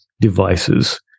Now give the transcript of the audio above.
devices